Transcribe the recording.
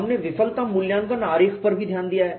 हमने विफलता मूल्यांकन आरेख पर भी ध्यान दिया है